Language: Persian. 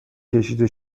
کشیده